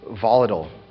volatile